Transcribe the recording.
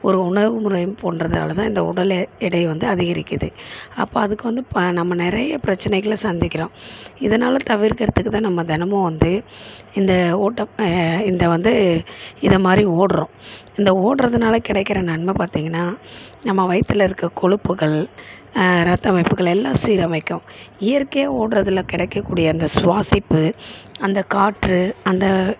ஒரு உணவுமுறை போன்றதால் தான் இந்த உடல் எ எடை வந்து அதிகரிக்குது அப்போ அதுக்கு வந்து இப்போ நம்ம நிறைய பிரச்சனைகளை சந்திக்கிறோம் இதனால தவிர்க்கிறதுக்கு தான் நம்ம தினமும் வந்து இந்த ஓட்டம் இந்த வந்து இதுமாதிரி ஓடுறோம் இந்த ஓடுறதுனால கிடைக்குற நன்மை பார்த்திங்கனா நம்ம வயிற்றுல இருக்க கொழுப்புகள் ரத்த அமைப்புகள் எல்லாம் சீரமைக்கும் இயற்கையாக ஓடுறதுல கிடைக்கக்கூடிய அந்த சுவாசிப்பு அந்த காற்று அந்த